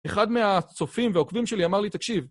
אחד מהצופים והעוקבים שלי אמר לי: "תקשיב".